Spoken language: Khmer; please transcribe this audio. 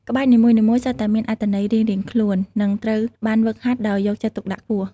ក្បាច់នីមួយៗសុទ្ធតែមានអត្ថន័យរៀងៗខ្លួន និងត្រូវបានហ្វឹកហាត់ដោយយកចិត្តទុកដាក់ខ្ពស់។